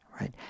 right